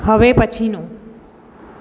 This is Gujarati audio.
હવે પછીનું